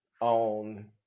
on